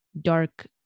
dark